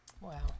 Wow